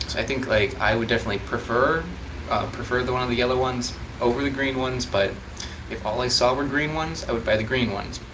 i think like i would definitely prefer prefer the one on the yellow ones over the green ones, but if all i saw were green ones, i would buy the green ones.